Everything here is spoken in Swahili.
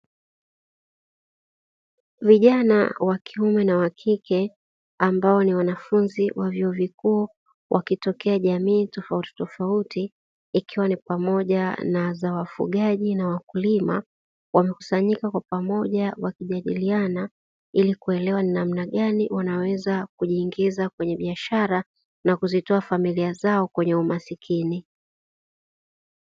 Vijana wa kiume na wa kike ambao ni wanafunzi wa vyuo vikuu wakitokea jamii tofauti tofauti ikiwa ni pamoja na za wafugaji na wakulima, wamekusanyika kwa pamoja wakijadiliana ili kuelewa ni namna gani wanaweza kujiingiza kwenye biashara na kuzitoa familia zao kwenye umasikini.